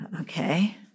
Okay